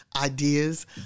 ideas